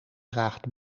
draagt